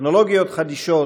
טכנולוגיות חדישות,